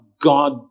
God